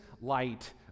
light